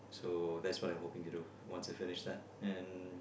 so that's what I'm hoping to do once I finished that and